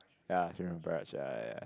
ya Marina Barrage ah ya